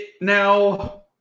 now